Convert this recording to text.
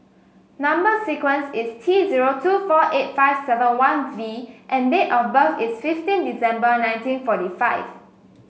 number sequence is T zero two four eight five seven one V and date of birth is fifteen December nineteen forty five